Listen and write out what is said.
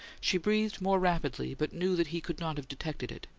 she breathed more rapidly, but knew that he could not have detected it,